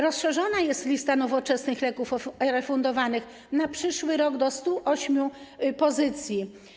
Rozszerzona jest lista nowoczesnych leków refundowanych na przyszły rok do 108 pozycji.